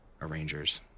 arrangers